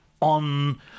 on